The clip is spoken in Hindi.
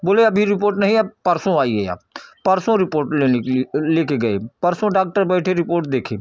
बोलो अभी रिपोर्ट नहीं है अब परसो आए आप परसो रिपोर्ट लेने के लिए लेकर गए परसो डॉक्टर बैठें रिपोर्ट देखें